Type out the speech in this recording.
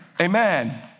Amen